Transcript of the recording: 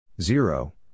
Zero